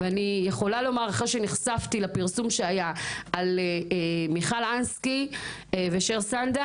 ואני יכולה לומר אחרי שנחשפתי לפרסום שהיה על מיכל אנסקי ושר סנדה